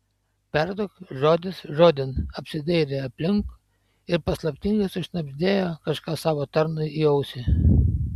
perduok žodis žodin apsidairė aplink ir paslaptingai sušnabždėjo kažką savo tarnui į ausį